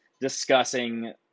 discussing